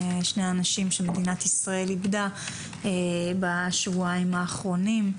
שני אנשים שמדינת ישראל איבדה בשבועיים האחרונים,